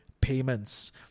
payments